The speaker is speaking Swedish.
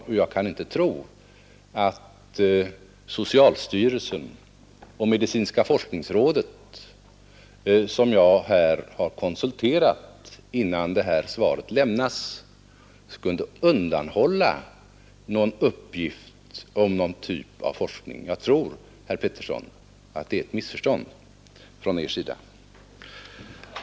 Jag kan inte tro att socialstyrelsen och medicinska forskningsrådet, som jag har konsulterat innan detta svar lämnats, skulle undanhålla någon uppgift om någon typ av forskning. Jag tror, herr Petersson, att det är ett missförstånd från Er sida.